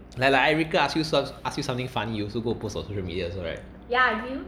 like like erica ask you ask you something funny you also go post on social media also right